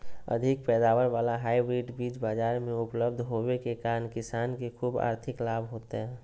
अधिक पैदावार वाला हाइब्रिड बीज बाजार मे उपलब्ध होबे के कारण किसान के ख़ूब आर्थिक लाभ होतय